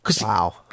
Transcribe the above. Wow